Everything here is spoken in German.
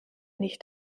nicht